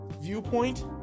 viewpoint